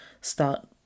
start